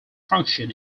function